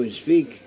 speak